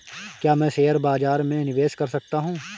क्या मैं शेयर बाज़ार में निवेश कर सकता हूँ?